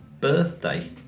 birthday